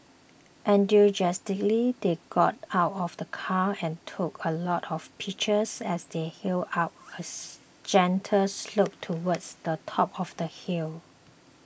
enthusiastically they got out of the car and took a lot of pictures as they hiked up as gentle slope towards the top of the hill